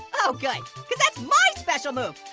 oh, good because that's my special move.